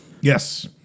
Yes